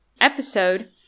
episode